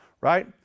right